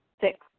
Six